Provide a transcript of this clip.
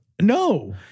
No